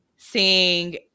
seeing